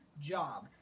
job